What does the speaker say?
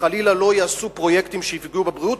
שחלילה לא יעשו פרויקטים שיפגעו בבריאות,